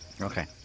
Okay